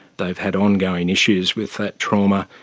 they've had ongoing issues with that trauma.